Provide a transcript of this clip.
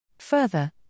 Further